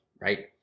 right